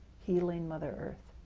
healing mother earth,